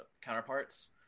counterparts